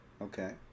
Okay